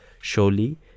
Surely